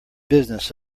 business